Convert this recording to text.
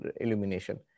illumination